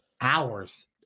hours